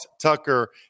tucker